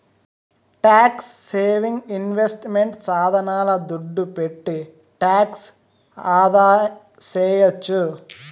tax saving investment సాధనాల దుడ్డు పెట్టి టాక్స్ ఆదాసేయొచ్చు